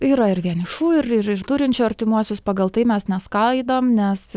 yra ir vienišų ir ir ir turinčių artimuosius pagal tai mes neskaidom nes